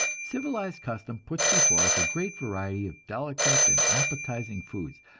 civilized custom puts before us a great variety of delicate and appetizing foods,